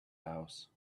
house